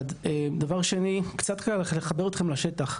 דבר שני, קצת לחבר אתכם לשטח.